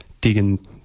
digging